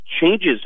changes